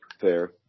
Fair